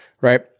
Right